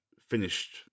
finished